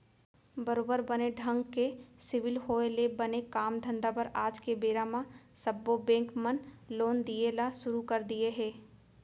बरोबर बने ढंग के सिविल होय ले बने काम धंधा बर आज के बेरा म सब्बो बेंक मन लोन दिये ल सुरू कर दिये हें